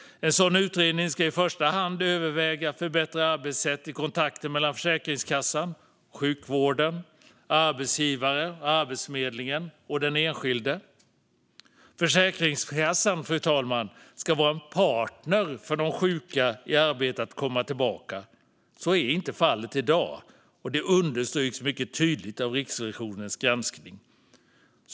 En sådan utredning ska i första hand överväga förbättrade arbetssätt i kontakten mellan Försäkringskassan, sjukvården, arbetsgivare, Arbetsförmedlingen och den enskilde. Försäkringskassan, fru talman, ska vara en partner för de sjuka i arbetet för att komma tillbaka. Så är inte fallet i dag, vilket understryks mycket tydligt av Riksrevisionens granskning.